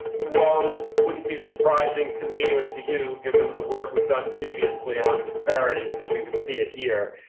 well, wouldn't be surprising to me or to you given the work we've done previously on disparities that we would see it here.